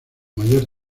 mayor